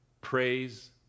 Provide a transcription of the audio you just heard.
praise